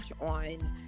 on